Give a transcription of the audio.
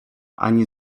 ani